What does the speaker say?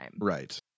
Right